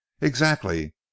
Exactly